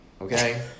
Okay